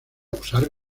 usar